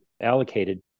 allocated